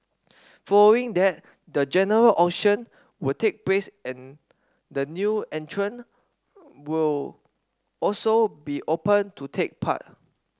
following that the general auction will take place and the new entrant will also be open to take part